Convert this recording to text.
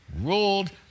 ruled